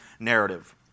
narrative